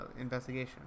investigation